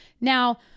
Now